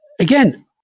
again